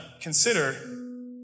consider